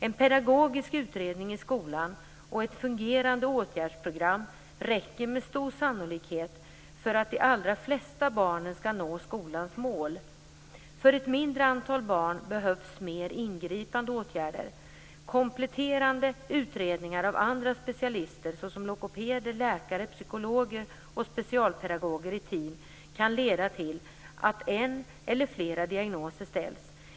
En pedagogisk utredning i skolan och ett fungerande åtgärdsprogram räcker med stor sannolikhet för att de allra flesta barnen ska nå skolans mål. För ett mindre antal barn behövs mer ingripande åtgärder. Kompletterande utredningar av andra specialister såsom logopeder, läkare, psykologer och specialpedagoger i team kan leda till att en eller flera diagnoser ställs.